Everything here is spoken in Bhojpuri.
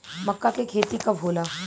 मक्का के खेती कब होला?